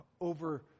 over